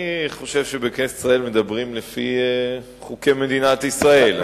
אני חושב שבכנסת ישראל מדברים לפי חוקי מדינת ישראל,